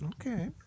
okay